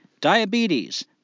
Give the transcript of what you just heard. diabetes